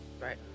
right